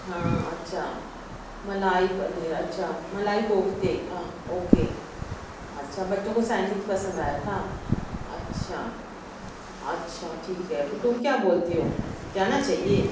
ہاں اچھا ملائی پنیر اچھا ملائی کوفتے اوکے اچھا بچوں کو سینڈوچ پسند آیا تھا اچھا اچھا ٹھیک ہے تو تم کیا بولتی ہو جانا چاہیے